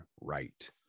Right